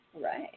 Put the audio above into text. Right